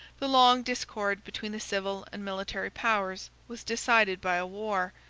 the long discord between the civil and military powers was decided by a war,